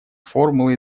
формулы